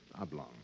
oblong